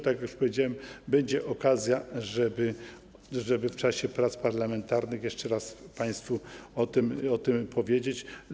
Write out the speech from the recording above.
Tak jak już powiedziałem, będzie okazja, żeby w czasie prac parlamentarnych jeszcze raz państwu o tym powiedzieć.